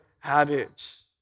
Habits